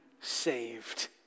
saved